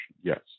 yes